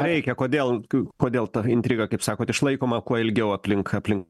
reikia kodėl kodėl ta intriga kaip sakot išlaikoma kuo ilgiau aplink aplink